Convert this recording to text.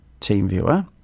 TeamViewer